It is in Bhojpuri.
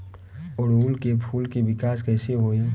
ओड़ुउल के फूल के विकास कैसे होई?